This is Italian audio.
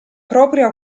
proprio